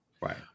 Right